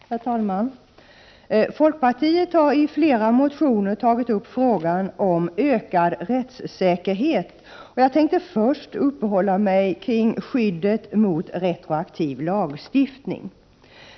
Herr talman! Folkpartiet har i flera motioner tagit upp frågan om ökad rättssäkerhet, och jag skall först uppehålla mig vid skyddet mot retroaktiv lagstiftning.